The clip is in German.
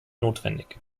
notwendig